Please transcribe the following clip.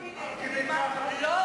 אני מזדהה עם הדברים שלך.